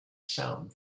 sound